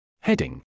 Heading